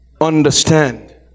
Understand